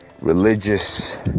Religious